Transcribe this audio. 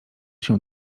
się